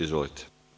Izvolite.